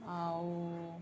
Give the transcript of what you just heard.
ଆଉ